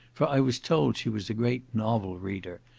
for i was told she was a great novel reader,